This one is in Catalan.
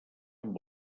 amb